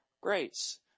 grace